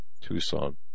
tucson